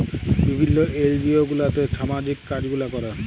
বিভিল্ল্য এলজিও গুলাতে ছামাজিক কাজ গুলা ক্যরে